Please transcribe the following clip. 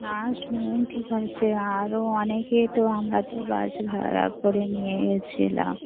না শুনুন ঠিক আছে আরো অনেকেই তো আমরা তো বাস ভাড়া করে নিয়ে গিয়েছিলাম